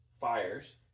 fires